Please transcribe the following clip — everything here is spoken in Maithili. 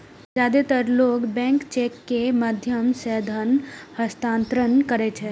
जादेतर लोग बैंक चेक के माध्यम सं धन हस्तांतरण करै छै